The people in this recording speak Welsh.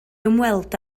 ymweld